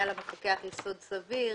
היה למפקח יסוד סביר.